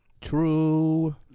True